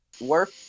work